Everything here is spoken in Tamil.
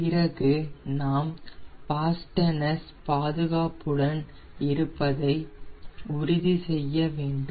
பிறகு நாம் ஃபாஸ்ட்டனர்ஸ் பாதுகாப்புடன் இருப்பதை உறுதி செய்ய வேண்டும்